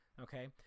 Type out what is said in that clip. Okay